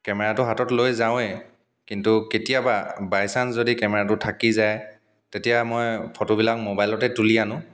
কেমেৰাটো হাতত লৈ যাওঁৱে কিন্তু কেতিয়াবা বাই চাঞ্চ যদি কেমেৰাটো থাকি যায় তেতিয়া মই ফটোবিলাক মোবাইলতে তুলি আনো